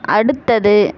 அடுத்தது